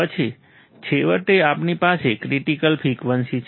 પછી છેવટે આપણી પાસે ક્રિટીકલ ફ્રિકવન્સી છે